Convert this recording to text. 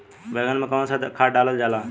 बैंगन में कवन सा खाद डालल जाला?